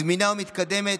זמינה ומתקדמת,